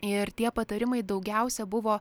ir tie patarimai daugiausia buvo